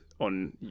on